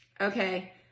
Okay